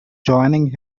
joining